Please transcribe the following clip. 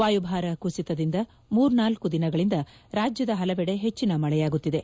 ವಾಯುಭಾರ ಕುಸಿತದಿಂದ ಮೂರು ನಾಲ್ಕು ದಿನಗಳಿಂದ ರಾಜ್ಯದ ಹಲವೆಡೆ ಹೆಚ್ಚಿನ ಮಳೆಯಾಗುತ್ತಿದೆ